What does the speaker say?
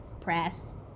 Press